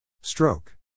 Stroke